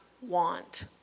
want